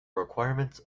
requirements